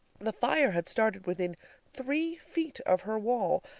the fire had started within three feet of her wall,